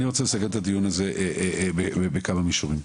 אני רוצה לסכם את הדיון הזה בכמה מישורים: